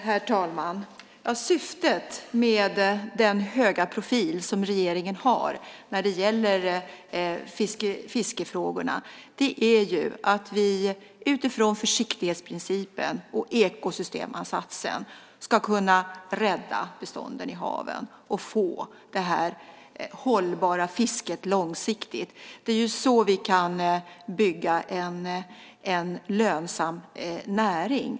Herr talman! Syftet med den höga profil som regeringen har när det gäller fiskefrågorna är ju att vi utifrån försiktighetsprincipen och ekosystemansatsen ska kunna rädda bestånden i haven och få det här hållbara fisket, långsiktigt. Det är så vi kan bygga en lönsam näring.